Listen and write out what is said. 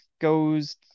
goes